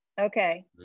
Okay